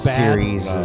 series